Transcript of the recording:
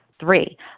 Three